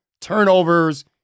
turnovers